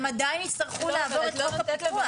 הם עדיין יצטרכו לעבור את חוק הפיקוח.